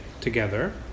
together